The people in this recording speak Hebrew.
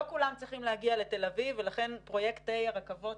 לא כולם צריכים להגיע לתל אביב ולכן פרויקט הרכבות